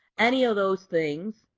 any of those things,